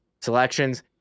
selections